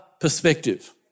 perspective